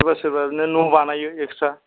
सोरबा सोरबा बिदिनो न' बानायो एक्सट्रा